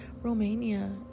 Romania